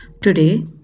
Today